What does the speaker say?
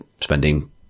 spending